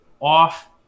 off